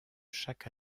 chaque